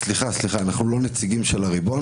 סליחה, סליחה, אנחנו לא נציגים של הריבון?